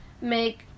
make